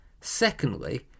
Secondly